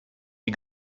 wie